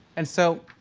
and so,